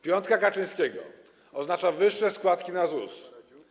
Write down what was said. Piątka Kaczyńskiego oznacza wyższe składki na ZUS.